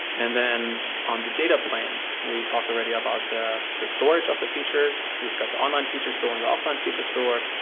and then on the data plane, we talked already about the the storage of the features. we've got the online future store and the offline future store.